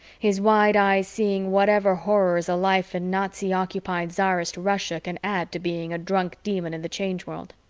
his wide eyes seeing whatever horrors a life in nazi-occupied czarist russia can add to being a drunk demon in the change world.